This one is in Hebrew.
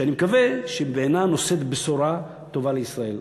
שאני מקווה שהיא נושאת בשורה טובה לישראל.